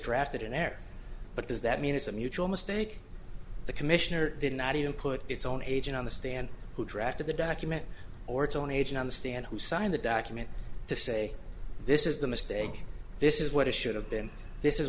drafted in error but does that mean it's a mutual mistake the commissioner did not even put its own agent on the stand who drafted the document or its own agent on the stand who signed the document to say this is the mistake this is what it should have been this is